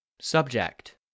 Subject